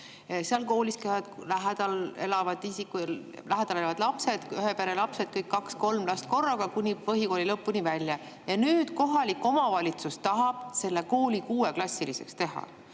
Seal koolis käivad lähedal elavad lapsed, ühe pere lapsed, kõik kaks-kolm last korraga kuni põhikooli lõpuni välja. Nüüd tahab kohalik omavalitsus selle kooli kuueklassiliseks teha